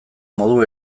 modu